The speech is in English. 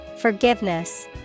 Forgiveness